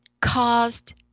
caused